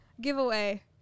Giveaway